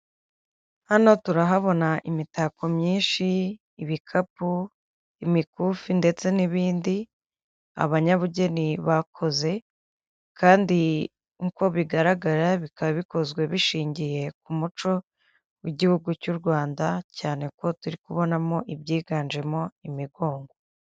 Hano turahabona imitako myinshi ibikapu, imikufi ndetse n'ibindi abanyabugeni bakoze kandi nk'uko bigaragara bikaba bikozwe bishingiye ku muco w'igihugu cy'u Rwanda, cyane ko turi kubonamo ibyiganjemo imigongo.